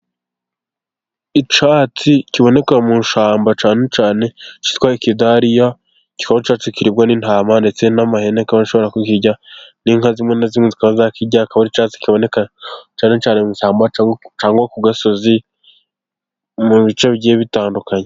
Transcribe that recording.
Icyatsi kiboneka mu ishyamba cyane cyane kitwa ikidariya, kikaba icyatsi kiribwa n'intama ndetse n'amahene akaba ashobora kukirya, n'inka zimwe na zimwe zikaba zakirya ,akaba ari icyatsi kiboneka cyane cyane mu ishyamba cyangwa ku gasozi mu bice bigiye bitandukanye.